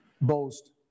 boast